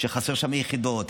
שחסרות שם יחידות,